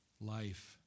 Life